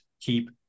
keep